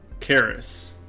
Karis